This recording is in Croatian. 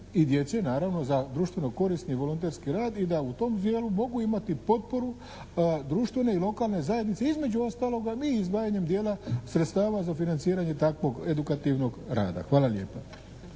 i djece naravno za društveno korisni i volonterski rad i da u tom dijelu mogu imati potporu društvene i lokalne zajednice, između ostaloga mi izdvajanjem dijela sredstava za financiranje takvog edukativnog rada. Hvala lijepa.